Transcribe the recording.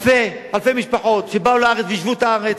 אלפי משפחות שבאו לארץ ויישבו את הארץ.